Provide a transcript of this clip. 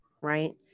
right